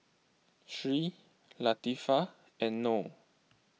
Sri Latifa and Noh